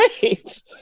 Great